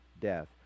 death